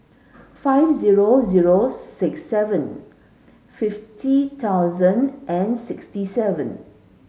five zero zero six seven fifty thousand and sixty seven